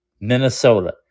minnesota